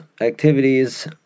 activities